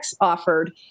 offered